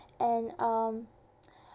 and um